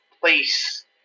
place